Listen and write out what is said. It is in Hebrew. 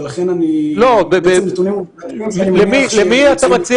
ולכן אני מניח שהנתונים העובדתיים מצויים --- למי אתה מציע